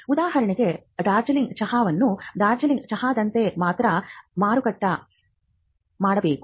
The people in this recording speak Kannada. ಉದಾಹರಣೆಗೆ ಡಾರ್ಜಿಲಿಂಗ್ ಚಹಾವನ್ನು ಡಾರ್ಜಿಲಿಂಗ್ ಚಹಾದಂತೆ ಮಾತ್ರ ಮಾರಾಟ ಮಾಡಬೇಕು